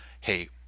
Hey